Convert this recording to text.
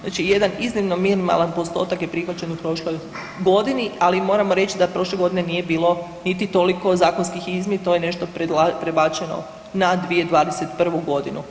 Znači jedan iznimno minimalan postotak je prihvaćen u prošloj godini, ali moramo reći da prošle godine nije bilo niti toliko zakonskih izmjena to je nešto prebačeno na 2021. godinu.